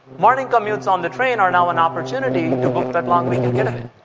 morning commutes on the train are now an opportunity to book that long weekend getaway